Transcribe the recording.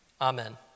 Amen